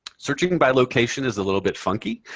searching by location is a little bit funky,